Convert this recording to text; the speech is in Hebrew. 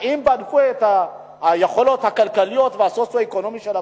האם בדקו את היכולות הכלכליות והסוציו-אקונומיות של התושבים,